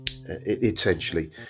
Essentially